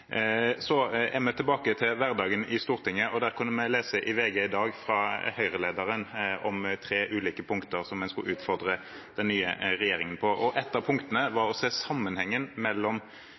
er tilbake til hverdagen i Stortinget, og vi kunne lese i VG i dag fra Høyre-lederen om tre ulike punkter som en skulle utfordre den nye regjeringen på. Ett av punktene var å se sammenhengen mellom